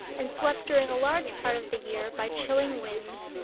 and swept during a large part of the year by chilling winds,